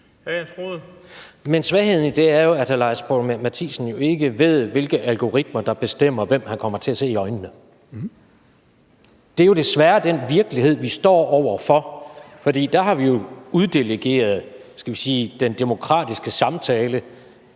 Men svagheden i det er, at hr. Lars Boje Mathiesen jo ikke ved, hvilke algoritmer der bestemmer, hvem han kommer til at se i øjnene. Det er desværre den virkelighed, vi står over for, for der har vi jo uddelegeret, skal vi sige den demokratiske samtale